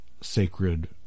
sacred